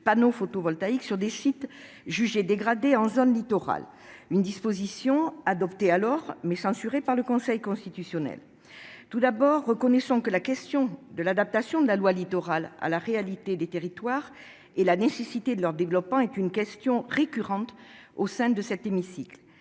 panneaux photovoltaïques sur des sites jugés dégradés en zone littorale. La disposition alors adoptée avait été censurée par le Conseil constitutionnel. Tout d'abord, reconnaissons que la problématique de l'adaptation de la loi Littoral à la réalité des territoires pour asseoir leur développement est récurrente au sein de cet hémicycle.